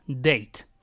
date